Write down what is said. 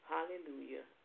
Hallelujah